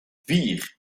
vier